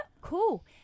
cool